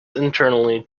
internally